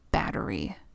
battery